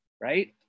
right